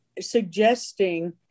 suggesting